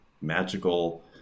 magical